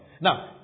Now